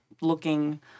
looking